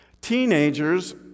Teenagers